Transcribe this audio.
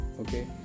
okay